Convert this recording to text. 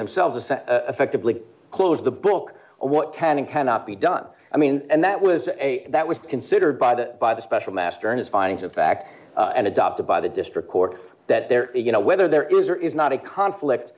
themselves effectively closed the book what can and cannot be done i mean and that was a that was considered by the by the special master in his findings of fact and adopted by the district court that there you know whether there is or is not a conflict